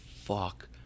fuck